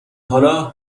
حالا